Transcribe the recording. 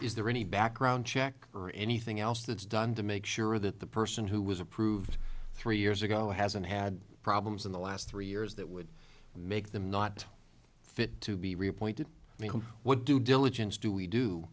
is there any background check or anything else that's done to make sure that the person who was approved three years ago hasn't had problems in the last three years that would make them not fit to be reappointed what due diligence do we do